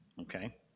Okay